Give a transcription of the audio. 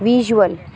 visual